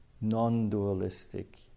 non-dualistic